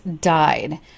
died